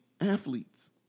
athletes